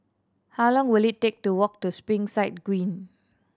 how long will it take to walk to Springside Green